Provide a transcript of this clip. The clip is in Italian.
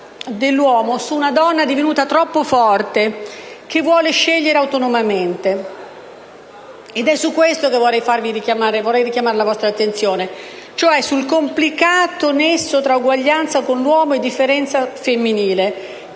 su una donna divenuta troppo forte, che vuole scegliere autonomamente. Ed è su un altro aspetto che vorrei richiamare la vostra attenzione: cioè sul complicato nesso tra uguaglianza con l'uomo e differenza femminile,